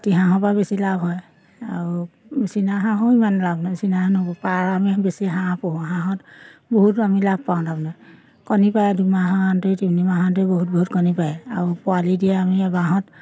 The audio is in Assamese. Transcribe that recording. পাতি হাঁহৰ পৰা বেছি লাভ হয় আৰু চীনা হাঁহো ইমান লাভ নহয় চীনা হাঁহ পাৰ আমি বেছি হাঁহ পুহোঁ হাঁহত বহুতো আমি লাভ পাওঁ তাৰমানে কণী পাৰে দুমাহতে দুই তিনিমাহতে বহুত বহুত কণী পায় আৰু পোৱালি দিয়ে আমি বাঁহত